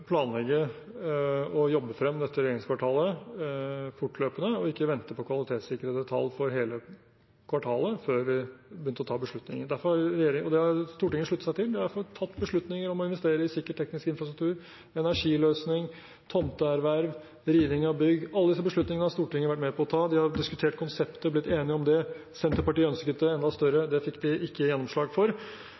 planlegge og jobbe frem dette regjeringskvartalet fortløpende og ikke vente på kvalitetssikrede tall for hele kvartalet før vi begynte å ta beslutninger. Det har Stortinget sluttet seg til. Det er derfor tatt beslutninger om å investere i sikker teknisk infrastruktur, energiløsning, tomteerverv, riving av bygg. Alle disse beslutningene har Stortinget vært med på å ta. De har diskutert konseptet og blitt enige om det. Senterpartiet ønsket det enda større, det fikk de ikke gjennomslag for